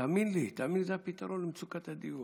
תאמין לי, תאמין לי, זה הפתרון למצוקת הדיור.